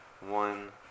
one